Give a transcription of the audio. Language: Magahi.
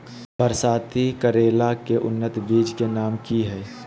बरसाती करेला के उन्नत बिज के नाम की हैय?